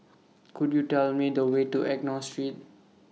Could YOU Tell Me The Way to Enggor Street